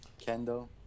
kendall